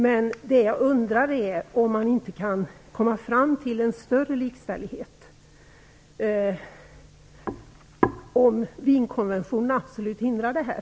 Men det jag undrar är om man inte kan komma fram till en större likställighet eller om Wienkonventionerna absolut hindrar detta.